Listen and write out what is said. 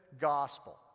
gospel